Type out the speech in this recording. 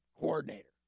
coordinator